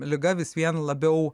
liga vis vien labiau